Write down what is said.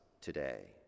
today